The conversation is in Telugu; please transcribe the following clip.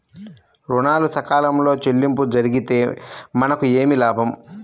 ఋణాలు సకాలంలో చెల్లింపు జరిగితే మనకు ఏమి లాభం?